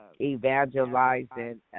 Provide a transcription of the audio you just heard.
evangelizing